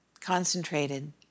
concentrated